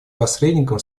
посредником